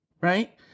right